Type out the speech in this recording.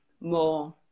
more